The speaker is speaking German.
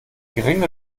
geringe